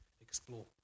explore